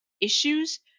issues